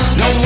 no